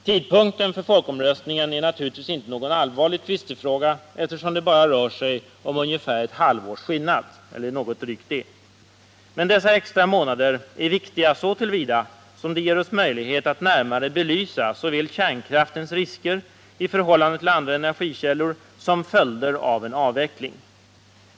Tidpunkten för folkomröstningen är naturligtvis inte någon allvarlig tvistefråga, eftersom det bara rör sig cm ungefär ett halvårs skillnad eller drygt det. Men dessa extra månader är viktiga så till vida som de ger oss möjlighet att närmare belysa såväl kärnkraftens risker i förhållande till andra energikällor som följderna av en avveckling.